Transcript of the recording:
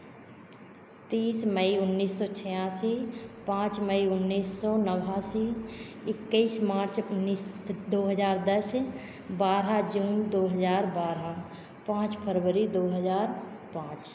तीस मई उन्नीस सौ छियासी पाँच मई उन्नीस सौ नवासी इक्कीस मार्च उन्नीस दो हज़ार दस बारह जून दो हज़ार बारह पाँच फरवरी दो हज़ार पाँच